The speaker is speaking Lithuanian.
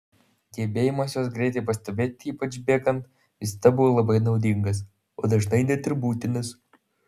gebėjimas juos greitai pastebėti ypač bėgant visada buvo labai naudingas o dažnai net ir būtinas